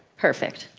perfect.